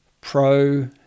pro